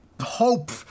hope